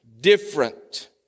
different